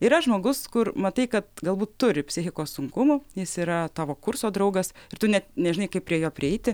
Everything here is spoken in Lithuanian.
yra žmogus kur matai kad galbūt turi psichikos sunkumų jis yra tavo kurso draugas ir tu net nežinai kaip prie jo prieiti